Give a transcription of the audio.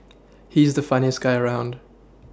he's the funniest guy around